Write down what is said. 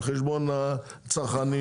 על חשבון הצרכנים,